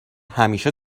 همیشه